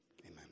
amen